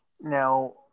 Now